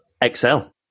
excel